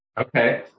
Okay